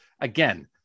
again